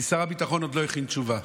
כי שר הביטחון עדיין לא הכין תשובה.